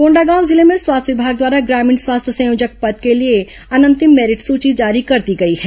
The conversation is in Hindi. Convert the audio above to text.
कोंडागांव जिले में स्वास्थ्य विभाग द्वारा ग्रामीण स्वास्थ्य संयोजक पद के लिए अनंतिम मेरिट सूची जारी कर दी गई है